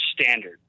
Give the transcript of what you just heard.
standard